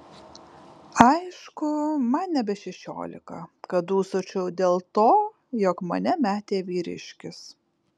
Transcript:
aišku man nebe šešiolika kad dūsaučiau dėl to jog mane metė vyriškis